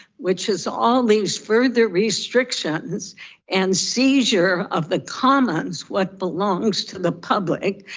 which has all these further restrictions and seizure of the commons, what belongs to the public.